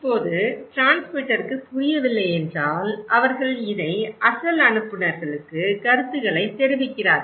இப்போது டிரான்ஸ்மிட்டருக்குப் புரியவில்லை என்றால் அவர்கள் இதை அசல் அனுப்புநர்களுக்கு கருத்துக்களை தெரிவிக்கிறார்கள்